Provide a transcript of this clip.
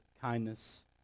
kindness